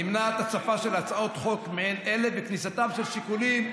נמנעת הצפה של הצעות חוק מעין אלה וכניסתם של שיקולים,